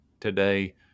today